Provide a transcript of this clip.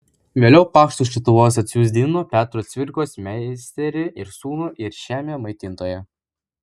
vėliau paštu iš lietuvos atsisiųsdino petro cvirkos meisterį ir sūnų ir žemę maitintoją